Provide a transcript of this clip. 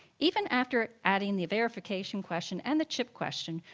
even after adding the verification question and the chip question,